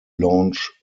launch